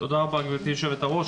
תודה רבה, גברתי יושבת הראש.